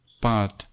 path